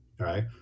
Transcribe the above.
right